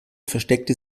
versteckte